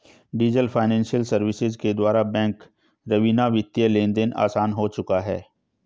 diesel financial services के द्वारा bank रवीना वित्तीय लेनदेन आसान हो चुका है